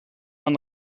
man